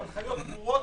עם הנחיות ברורות,